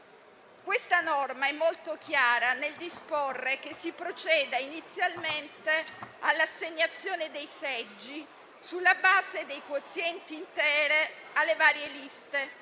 Questa norma è molto chiara nel disporre che si proceda inizialmente all'assegnazione dei seggi sulla base dei quozienti interi alle varie liste